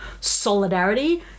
solidarity